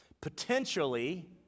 potentially